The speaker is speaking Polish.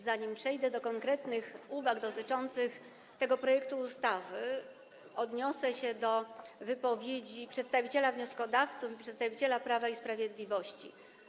Zanim przejdę do konkretnych uwag dotyczących tego projektu ustawy, odniosę się do wypowiedzi przedstawiciela wnioskodawców i przedstawiciela Prawa i Sprawiedliwości.